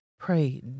Pray